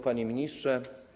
Panie Ministrze!